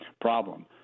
problem